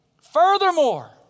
Furthermore